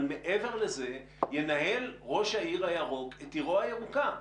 אבל מעבר לזה ינהל ראש העיר הירוק את עירו הירוקה.